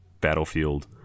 battlefield